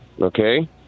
Okay